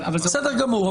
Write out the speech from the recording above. אבל --- בסדר גמור,